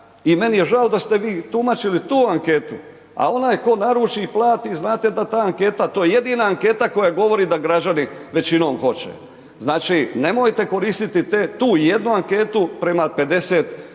i meni je žao da ste vi tumačili tu anketu, a onaj tko naruči i plati znate da ta anketa, to je jedina anketa koja govori da građani većinom hoće. Znači nemojte koristiti tu jednu anketu prema 50